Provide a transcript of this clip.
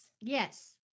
Yes